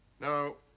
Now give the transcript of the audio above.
now,